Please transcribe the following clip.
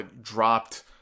dropped